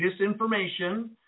disinformation